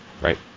Right